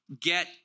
get